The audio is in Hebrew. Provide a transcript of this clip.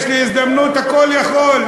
יש לי הזדמנות, הכול-יכול.